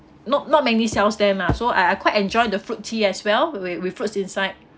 not not many sells them lah so I I quite enjoy the fruit tea as well with with fruits inside